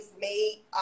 made